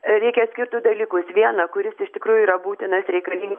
reikia atskirt du dalykus vieną kuris iš tikrųjų yra būtinas reikalin